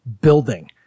building